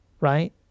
Right